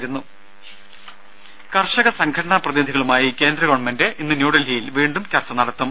രുര കർഷകസംഘടനാ പ്രതിനിധികളുമായി കേന്ദ്രഗവൺമെന്റ് ഇന്ന് ന്യൂഡൽഹിയിൽ വീണ്ടും ചർച്ച നടത്തും